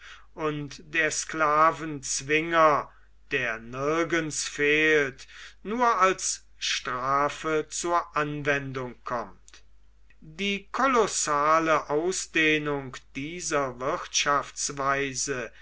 und der sklavenzwinger der nirgends fehlt nur als strafe zur anwendung kommt die kolossale ausdehnung dieser